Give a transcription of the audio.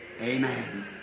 Amen